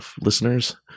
listeners